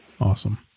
Awesome